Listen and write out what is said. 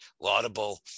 laudable